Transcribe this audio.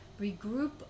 regroup